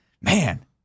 man